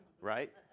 right